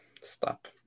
stop